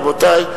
רבותי,